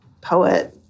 poet